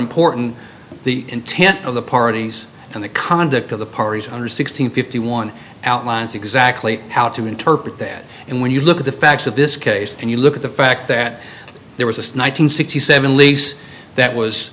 important the intent of the parties and the conduct of the parties under sixteen fifty one outlines exactly how to interpret that and when you look at the facts of this case and you look at the fact that there was this nineteen sixty seven lease that was